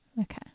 Okay